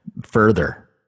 further